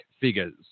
figures